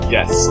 Yes